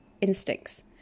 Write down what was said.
instincts